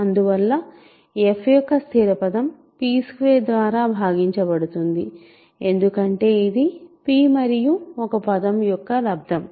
అందువల్ల f యొక్క స్థిర పదం p2 ద్వారా భాగించబడుతుంది ఎందుకంటే ఇది pమరియు ఒక పదం యొక్క లబ్దం